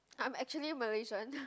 I'm actually Malaysian